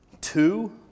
two